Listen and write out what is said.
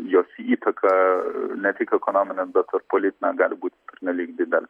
jos įtaka ne tik ekonominė bet ir politinė gali būt pernelyg didelė